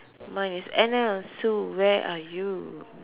mine is Anna Sue where are you